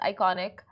iconic